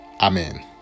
Amen